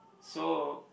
so